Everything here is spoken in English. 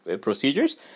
procedures